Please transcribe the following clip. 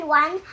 one